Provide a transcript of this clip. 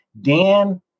Dan